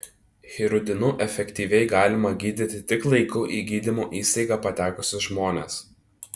hirudinu efektyviai galima gydyti tik laiku į gydymo įstaigą patekusius žmones